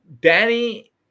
Danny